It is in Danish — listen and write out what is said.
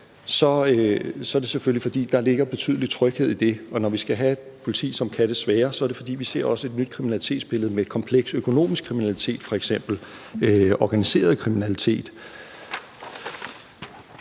så er det selvfølgelig, fordi der ligger en betydelig tryghed i det, og når vi skal have et politi, som kan det svære, så er det, fordi vi også ser et nyt kriminalitetsbillede med f.eks. kompleks økonomisk kriminalitet, organiseret kriminalitet.